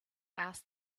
asked